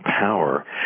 Power